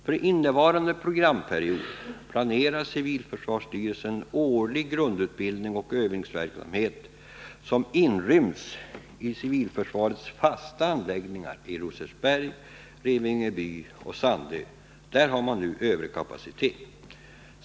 För innevarande programperiod planerar civilförsvarsstyrelsen årlig grundutbildning och övningsverksamhet, som inryms i civilförsvarets fasta anläggningar i Rosersberg, Revingeby och Sandö. Där har man nu överkapacitet.